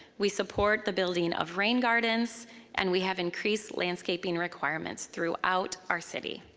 we support the building of rain gardens and we have increased landscaping requirements throughout our city.